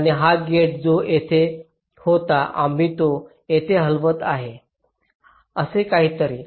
आणि हा गेट जो तिथे होता आम्ही तो येथे हलवत आहोत असे काहीतरी